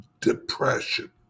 Depression